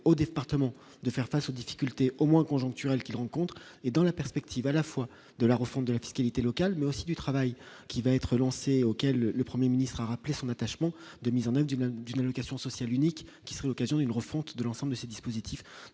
aux départements de faire face aux difficultés au moins conjoncturel qu'ils rencontrent et dans la perspective à la fois de la refonte de la fiscalité locale, mais aussi du travail qui va être lancé auquel le 1er ministre a rappelé son attachement de mise en du même d'une allocation sociale unique qui serait l'occasion d'une refonte de l'ensemble de ces dispositifs